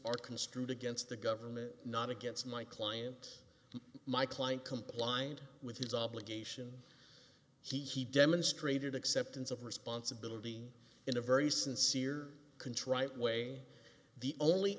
are construed against the government not against my client my client compliant with his obligation he demonstrated acceptance of responsibility in a very sincere contrite way the only